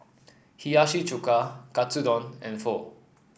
Hiyashi Chuka Katsudon and Pho